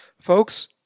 Folks